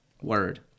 Word